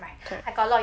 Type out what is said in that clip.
correct